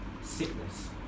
Sickness